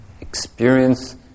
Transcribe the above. experience